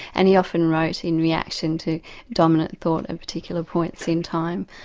and he often wrote in reaction to dominant thought at particular points in time,